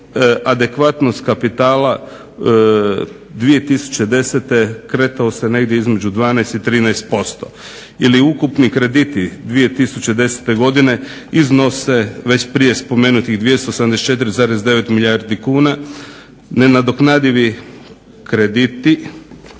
neadekvatnost kapitala 2010. kretao se negdje između 12 i 13% ili ukupni krediti 2010. godine iznose već prije spomenuti 274,9 milijardi kuna. Nenadoknadivi krediti